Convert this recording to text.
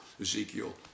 Ezekiel